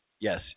Yes